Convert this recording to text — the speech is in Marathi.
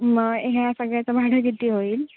मग ह्या सगळ्याचं भाडं किती होईल